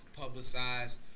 publicized